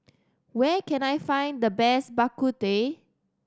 where can I find the best Bak Kut Teh